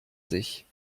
sich